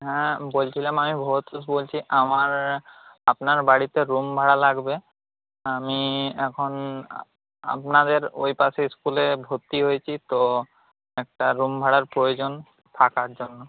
হ্যাঁ বলছিলাম আমি বলছি আমার আপনার বাড়িতে রুম ভাড়া লাগবে আমি এখন আপনাদের ওই পাশের স্কুলে ভর্তি হয়েছি তো একটা রুম ভাড়ার প্রয়োজন থাকার জন্য